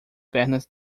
pernas